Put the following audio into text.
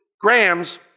grams